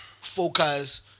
focus